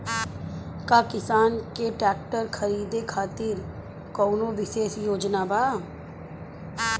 का किसान के ट्रैक्टर खरीदें खातिर कउनों विशेष योजना बा?